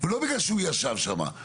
לא בגלל שהוא ישב שם.